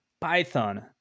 Python